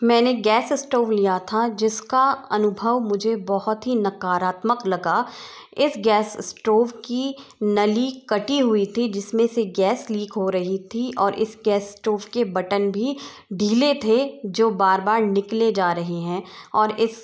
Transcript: मैंने gas stove लिया था जिसका अनुभव मुझे बहुत ही नकारात्मक लगा इस गैस स्टोव की नली कटी हुई थी जिसमें से गैस लीक हो रही थी और इस गैस स्टोव के बटन भी ढीले थे जो बार बार निकले जा रहे हैं और इस